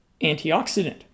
antioxidant